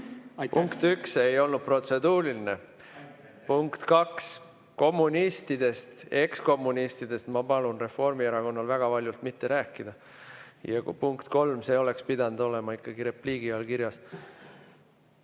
Punkt üks, see ei olnud protseduuriline. Punkt kaks, kommunistidest, ekskommunistidest ma palun Reformierakonnal väga valjult mitte rääkida. Ja punkt kolm, see oleks pidanud olema ikkagi repliigi all kirjas.